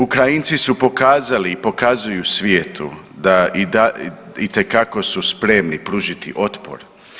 Ukrajinci su pokazali i pokazuju svijetu da itekako su spremni pružiti otpor.